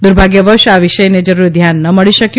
દુર્ભાગ્યવશ આ વિષયને જરૂરી ધ્યાન ન મળી શક્યું